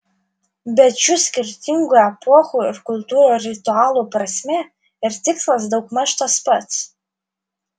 bet šių skirtingų epochų ir kultūrų ritualų prasmė ir tikslas daugmaž tas pats